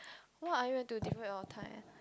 what are you to divide your time